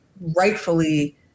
rightfully